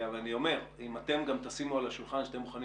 אבל אתם גם תשימו על השולחן שאתם מוכנים